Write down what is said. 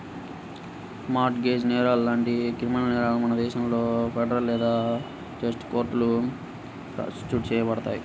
mart gauge నేరాలు లాంటి criminal నేరాలను మన దేశంలో ఫెడరల్ లేదా స్టేట్ కోర్టులో ప్రాసిక్యూట్ చేయబడతాయి